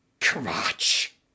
crotch